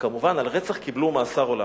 וכמובן על רצח קיבלו מאסר עולם.